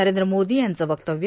नरेंद्र मोदी यांचं वक्तव्य